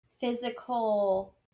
physical